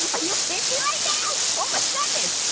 are you kidding me right now? oh my goodness.